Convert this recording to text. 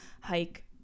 hike